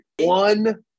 One